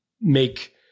make